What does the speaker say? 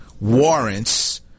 warrants